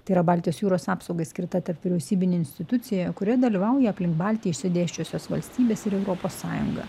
tai yra baltijos jūros apsaugai skirta tarpvyriausybinė institucija kurioj dalyvauja aplink baltiją išsidėsčiusios valstybės ir europos sąjunga